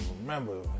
remember